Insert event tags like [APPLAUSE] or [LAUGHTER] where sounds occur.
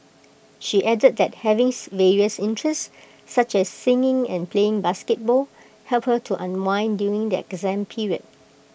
she added that having [UNINTELLIGIBLE] various interests such as singing and playing basketball helped her to unwind during the exam period